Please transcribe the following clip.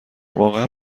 واقعا